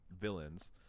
villains